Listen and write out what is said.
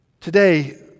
Today